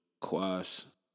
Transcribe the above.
Quas